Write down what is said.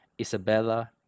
Isabella